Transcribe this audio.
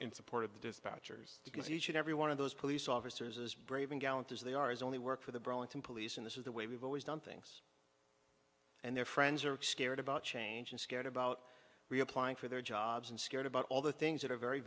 in support of the dispatchers because each and every one of those police officers as brave and gallant as they are is only work for the burlington police and this is the way we've always done things and their friends are extended about change and scared about reapplying for their jobs and scared about all the things that are very